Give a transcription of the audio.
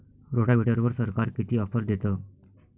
रोटावेटरवर सरकार किती ऑफर देतं?